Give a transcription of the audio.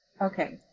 Okay